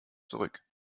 zurück